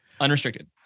unrestricted